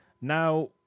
Now